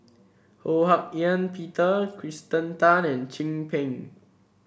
Ho Hak Ean Peter Kirsten Tan and Chin Peng